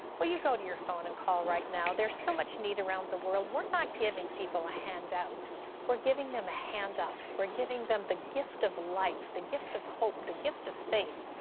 will you go to your phone and call right now? there is so much need around the world. we're not giving people a handout we're giving them a hand-up. we're giving them the gift of life, the gift of hope, the gift of faith.